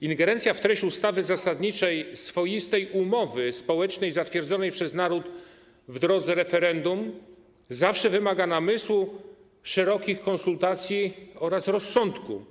Ingerencja w treść ustawy zasadniczej, swoistej umowy społecznej zatwierdzonej przez naród w drodze referendum zawsze wymaga namysłu, szerokich konsultacji oraz rozsądku.